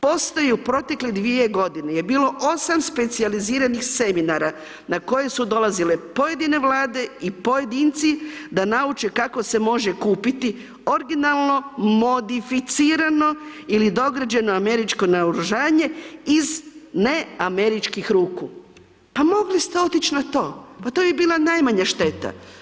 Postoji u proteklih dvije godine je bilo 8 specijaliziranih seminara na koje su dolazile pojedine Vlade i pojedinci da nauče kako se može kupiti originalno, modificirano ili dograđeno američko naoružanje iz neameričkih ruku, pa mogli ste otići na to, pa to bi bila najmanja šteta.